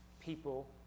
people